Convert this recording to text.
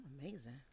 amazing